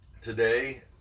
today